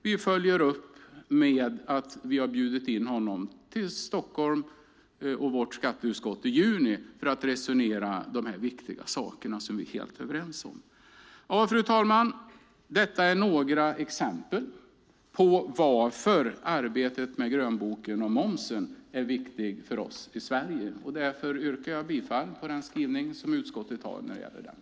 Vi följer upp med att vi har bjudit in honom till Stockholm och skatteutskottet i juni för att resonera om dessa viktiga saker, som vi i skatteutskottet är helt överens om. Fru talman! Detta var några exempel på varför arbetet med grönboken om momsen är viktigt för oss i Sverige. Jag yrkar bifall till utskottets förslag.